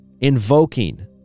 invoking